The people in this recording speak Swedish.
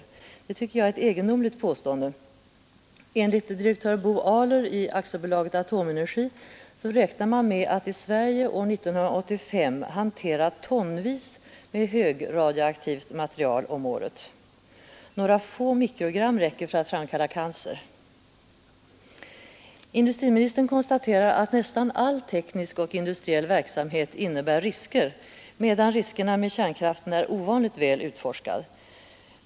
Det tycker jag är ett egendomligt påstående. Enligt direktör Bo Ahler i AB Atomenergi räknar man med att i Sverige år 1985 hantera tonvis med högradioaktivt material om året. Några få mikrogram räcker för att framkalla cancer. Industriministern konstaterar att nästan all teknisk och industriell verksamhet innebär risker, medan riskerna med kärnkraften är ovanligt väl utforskade.